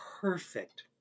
perfect